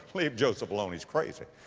leave joseph alone. he's crazy.